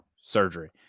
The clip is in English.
surgery